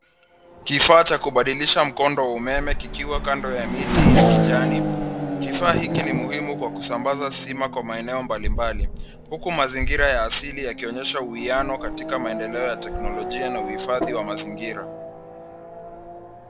Kifaa cha kubadilisha mkondo wa umeme kikiwa Kando ya miti ya kijani .Kifaa hiii ni muhimu kwa kusambaza stima kwa maeneo mbalimbali huku mazingira ya asili yakionyesha uwiano katika maendeleo ya kiteknolojia na uhifadhi wa mazingira.